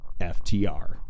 FTR